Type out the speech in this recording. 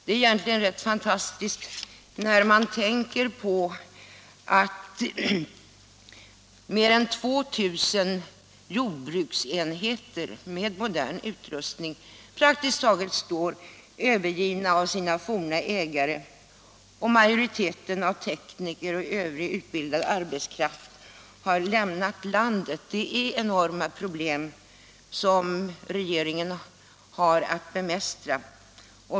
Det är egentligen rätt fantastiskt att mer än 2000 jordbruksenheter med modern utrustning praktiskt taget står övergivna av sina forna ägare och att majoriteten av tekniker och övrig utbildad arbetskraft har lämnat landet. Det är enorma problem som regeringen har att bemästra.